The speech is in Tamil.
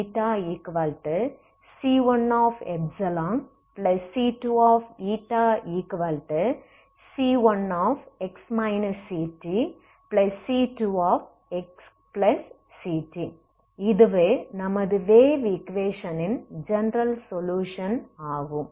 uξηc1c2c1x ctc2xct இதுவே நமது வேவ் ஈக்வேஷனின் ஜெனரல் சொலுயுஷன் ஆகும்